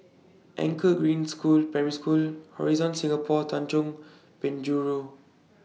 Anchor Green School Primary School Horizon Singapore Tanjong Penjuru